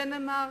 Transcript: מדנמרק,